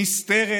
נסתרת,